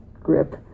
grip